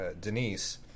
Denise